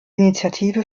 initiative